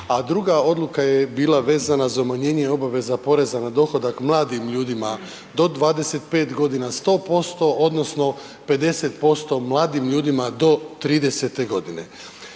a druga odluka je bila vezana za umanjenje obaveza poreza na dohodak mladim ljudima do 25 godina 100% odnosno 50% mladim ljudima do 30 godine.